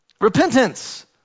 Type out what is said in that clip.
repentance